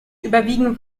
überwiegen